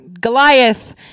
Goliath